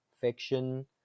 fiction